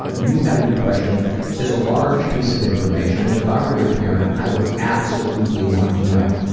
you having depression is a large piece of information and if i were your parent, i would absolutely want to know.